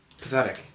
Pathetic